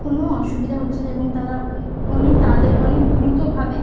কোনো অসুবিধা হচ্ছে না এবং তারা ওই অনেক তাড়াতাড়ি অনেক দ্রুতভাবে